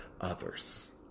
others